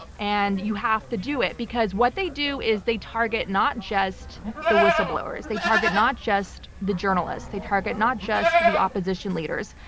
and you have to do it, because what they do is they target not just the whistleblowers. they target not just the journalists. they target not just the opposition leaders.